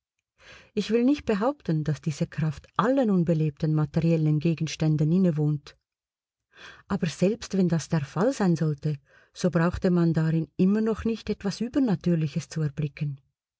ich will nicht behaupten daß diese kraft allen unbelebten materiellen gegenständen innewohnt aber selbst wenn das der fall sein sollte so brauchte man darin immer noch nicht etwas übernatürliches zu erblicken